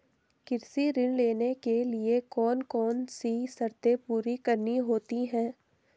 कृषि ऋण लेने के लिए कौन कौन सी शर्तें पूरी करनी होती हैं?